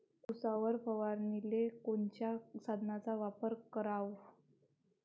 उसावर फवारनीले कोनच्या साधनाचा वापर कराव?